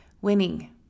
winning